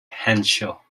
henshaw